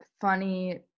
funny